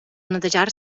netejar